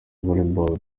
volleyball